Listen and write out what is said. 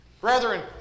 Brethren